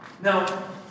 Now